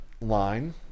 line